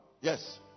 Yes